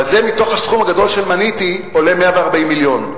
אבל מתוך הסכום הגדול שאני מניתי זה 140 מיליון.